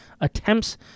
attempts